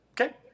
Okay